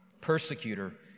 persecutor